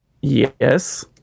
Yes